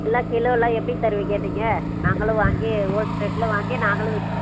எல்லாம் கிலோவெல்லாம் எப்படி தருவீங்க நீங்கள் நாங்களும் வாங்கி ஓல்ஸ் ரேட்டில் வாங்கி நாங்களும் விற்க